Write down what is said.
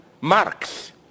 Marx